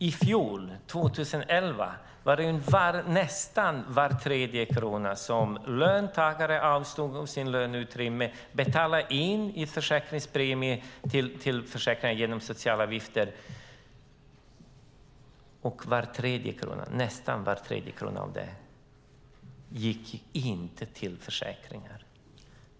I fjol, 2011, gick nästan var tredje krona till annat än försäkringar av det som löntagarna avstod från sitt löneutrymme och betalade in till försäkringarna genom sociala avgifter.